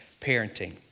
parenting